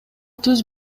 түз